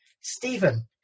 Stephen